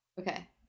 Okay